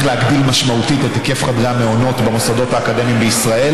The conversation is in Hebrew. להגדיל משמעותית את היקף חדרי המעונות במוסדות האקדמיים בישראל.